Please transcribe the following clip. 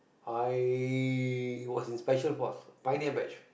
I was inspection for pioneer batch